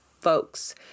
folks